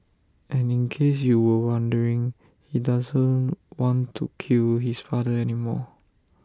and in case you were wondering he doesn't want to kill his father anymore